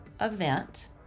event